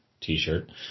T-shirt